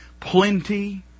Plenty